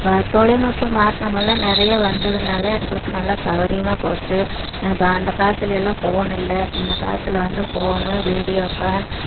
இப்போ தொழில்நுட்ப மாற்றமெல்லாம் நிறைய வந்ததுனால் எங்களுக்கு நல்லா சவுகரியமா போச்சு இப்போ அந்த காலத்தியெல்லாம் ஃபோன் இல்லை இந்த காலத்தில் வந்து ஃபோனு வீடியோ கான்